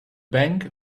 bank